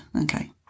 okay